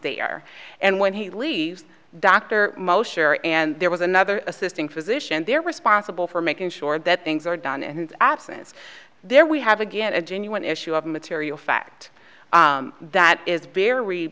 there and when he leaves the doctor most sure and there was another assisting physician there responsible for making sure that things are done and absence there we have again a genuine issue of material fact that is very